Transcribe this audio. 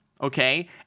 okay